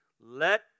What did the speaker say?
let